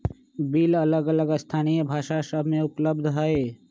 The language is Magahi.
बिल अलग अलग स्थानीय भाषा सभ में उपलब्ध हइ